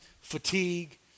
fatigue